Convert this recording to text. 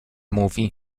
mówi